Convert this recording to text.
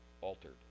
altered